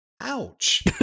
Ouch